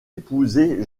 épouser